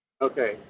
Okay